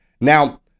Now